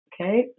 Okay